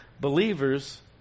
believers